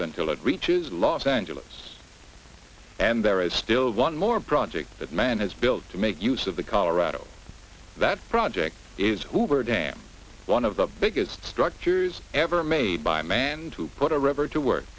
until it reaches los angeles and there is still one more project that man has built to make use of the colorado that project is hoover dam one of the biggest structures ever made by man to put a river to work